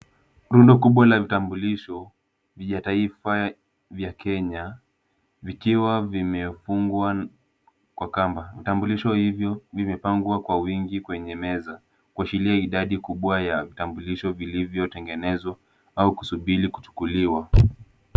Rundo kubwa la vitambulisho vya taifa vya kenya vikiwa vimefungwa kwa kamba. Vitambulisho hivyo vimepangwa kwa wingi kwenye meza kuashiria idadi kubwa ya vitambulisho vilivyotengenezwa au kusubiri kuchukuliwa